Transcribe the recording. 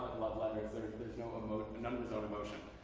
love letters. there and there is no emotion, none of his own emotion.